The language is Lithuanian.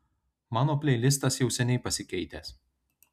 mano pleilistas jau seniai pasikeitęs